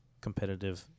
competitive